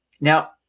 now